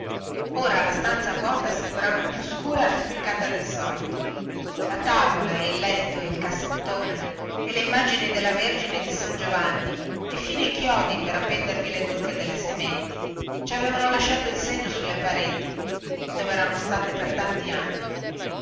ora la stanza vuota sembrava più scura e affumicata del solito la tavola e il letto e il cassettone e le immagini della vergine e di san giovanni e fino i chiodi per appendervi le zucche delle sementi ci avevano lasciato il segno sulle pareti dove erano state per tanti anni